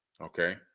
okay